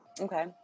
Okay